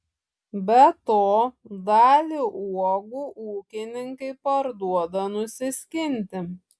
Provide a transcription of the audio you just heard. be to dalį uogų ūkininkai parduoda nusiskinti